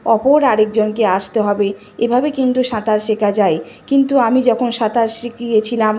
অপর আরেকজনকে আসতে হবে এভাবে কিন্তু সাঁতার শেখা যায় কিন্তু আমি যখন সাঁতার শিখিয়েছিলাম